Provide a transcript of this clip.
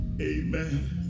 Amen